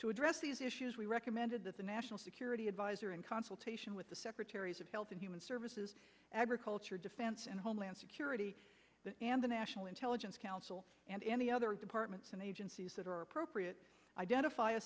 to address these issues we recommended that the national security adviser in consultation with the secretaries of health and human services agriculture defense and homeland security and the national intelligence council and any other departments and agencies that are appropriate identify a